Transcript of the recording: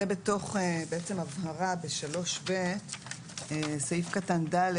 זה הבהרה ב-3ב בסעיף קטן (ד),